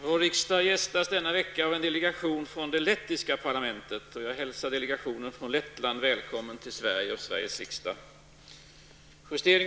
Vår riksdag gästas denna vecka av en delegation från det lettiska parlamentet. Jag hälsar delegationen från Lettland välkommen till Sverige och Sveriges riksdag.